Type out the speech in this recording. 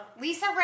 Lisa